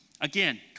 Again